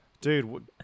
Dude